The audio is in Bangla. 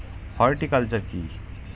হর্টিকালচার কি?